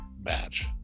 match